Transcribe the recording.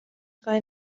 خوای